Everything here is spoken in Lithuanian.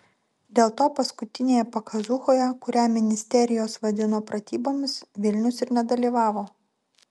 dėl to paskutinėje pakazūchoje kurią ministerijos vadino pratybomis vilnius ir nedalyvavo